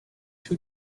two